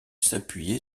s’appuyer